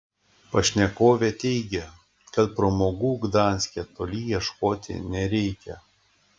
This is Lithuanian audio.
pašnekovė teigė kad pramogų gdanske toli ieškoti nereikia